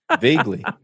Vaguely